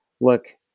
look